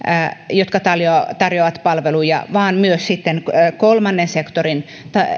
jotka tarjoavat palveluja vaan myös kolmannen sektorin